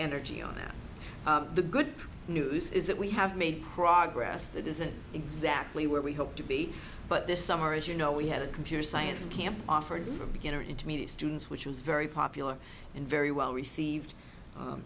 energy on that the good news is that we have made progress that isn't exactly where we hope to be but this summer as you know we had a computer science camp offered for beginner intermediate students which was very popular and very well received